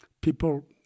people